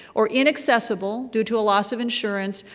or inaccessible, due to a loss of insurance,